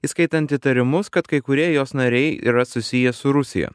įskaitant įtarimus kad kai kurie jos nariai yra susiję su rusija